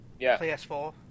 PS4